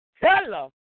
Hello